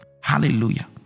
hallelujah